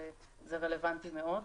זה רלוונטי מאוד.